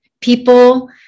people